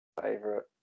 Favorite